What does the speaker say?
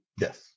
Yes